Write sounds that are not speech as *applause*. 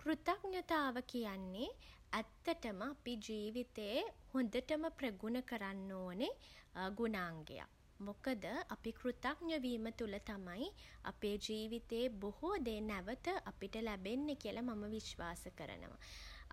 කෘතඥතාව කියන්නේ *hesitation* ඇත්තටම *hesitation* අපි ජීවිතේ හොඳටම ප්‍රගුණ කරන්න ඕනෙ *hesitation* ගුණාංගයක්. මොකද *hesitation* අපි කෘතඥ වීම තුළ තමයි *hesitation* අපේ ජීවිතේ බොහෝ දේ නැවත *hesitation* අපිට ලැබෙන්න කියලා මම විශ්වාස කරනවා.